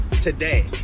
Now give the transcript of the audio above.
today